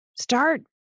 start